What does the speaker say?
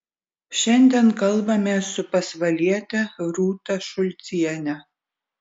šiandien kalbamės su pasvaliete rūta šulciene